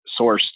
sourced